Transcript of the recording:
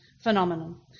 phenomenon